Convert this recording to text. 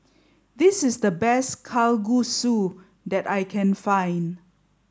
this is the best Kalguksu that I can find